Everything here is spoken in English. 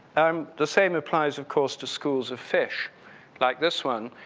um the same applies, of course, to schools of fish like this one.